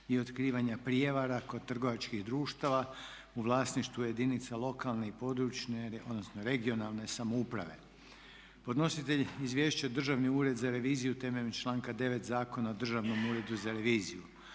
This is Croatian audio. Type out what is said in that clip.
i otkrivanja prijevara kod trgovačkih društava u vlasništvu jedinica lokalne i područne (regionalne) samouprave; Podnositelj izvješća je Državni ured za reviziju temeljem članka 9. Zakona o Državnom uredu za reviziju.